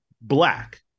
black